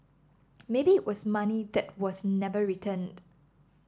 maybe it was money that was never returned